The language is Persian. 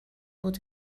بود